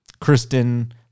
Kristen